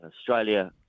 Australia